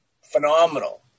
Phenomenal